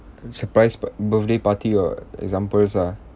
surprise birth~ birthday party err examples ah